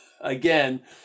again